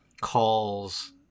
calls